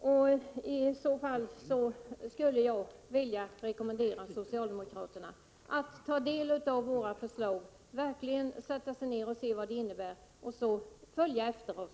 Jag skulle i så fall vilja rekommendera socialdemokraterna att ta del av våra förslag, att verkligen sätta sig ned och ta reda på vad de innebär och sedan följa oss åt.